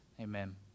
Amen